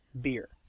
beer